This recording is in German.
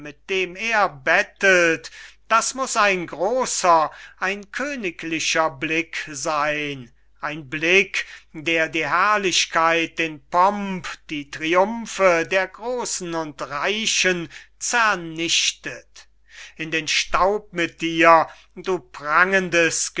dem er bettelt das muß ein groser ein königlicher blick seyn ein blick der die herrlichkeit den pomp die triumphe der grosen und reichen zernichtet in den staub mit dir du